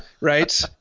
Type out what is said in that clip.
right